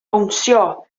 bownsio